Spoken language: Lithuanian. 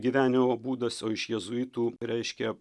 gyvenimo būdas o iš jėzuitų reiškia